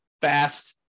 fast